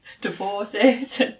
divorces